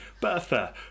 Bertha